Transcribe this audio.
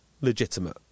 legitimate